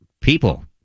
People